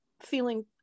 feeling